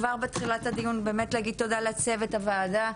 כבר בתחילת הדיון באמת להגיד תודה לצוות הוועדה,